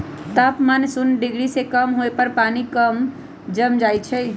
तापमान शुन्य डिग्री से कम होय पर पानी जम जाइ छइ